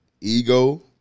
ego